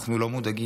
אנחנו לא מודאגים.